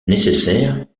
nécessaire